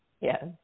Yes